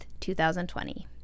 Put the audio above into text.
2020